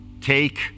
Take